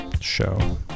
show